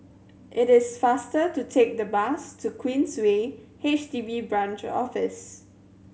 it is faster to take the bus to Queensway H D B Branch Office